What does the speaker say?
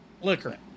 Liquor